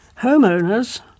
Homeowners